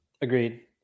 agreed